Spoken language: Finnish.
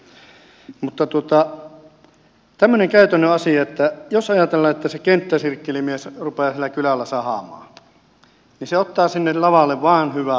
tämmöinen käytännön asia että jos ajatellaan että se kenttäsirkkelimies rupeaa siellä kylällä sahaamaan niin hän ottaa sinne lavalle vain hyvää puuta